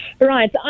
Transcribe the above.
Right